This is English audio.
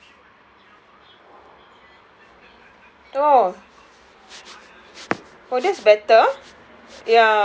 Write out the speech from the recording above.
oh oh that's better